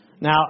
now